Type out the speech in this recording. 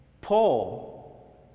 Paul